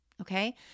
Okay